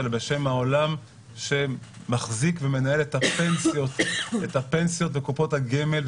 אלא בשם העולם שמחזיק ומנהל את הפנסיות וקופות הגמל,